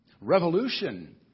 revolution